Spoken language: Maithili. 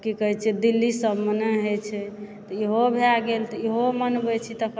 की कहए छै दिल्ली सबमे नहि होए छै तऽ इहो भए गेल तऽ इहो मनबै छी तखन